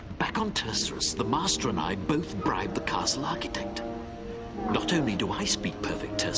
back on tursurus the master and i both bribed the castle architect not only do i speak perfect ah